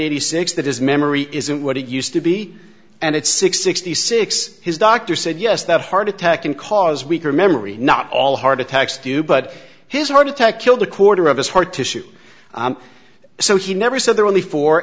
eighty six that his memory isn't what it used to be and it's six sixty six his doctor said yes that heart attack and cause weaker memory not all heart attacks do but his heart attack killed a quarter of his heart tissue so he never said there are only four